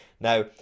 Now